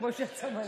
כמו שאת שמה לב,